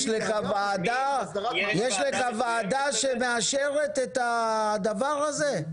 יש לך וועדה שמאשרת את הדבר הזה?